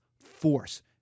force